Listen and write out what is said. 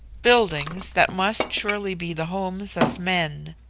buildings that must surely be the homes of men.